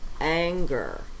anger